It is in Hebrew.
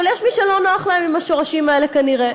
אבל יש מי שלא נוח להם עם השורשים האלה, כנראה.